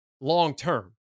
long-term